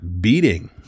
beating